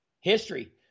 history